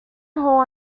hall